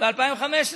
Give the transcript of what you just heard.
אז, ב-2015.